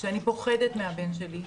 שאני פוחדת מהבן שלי.